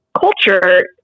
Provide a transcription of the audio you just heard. culture